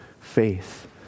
faith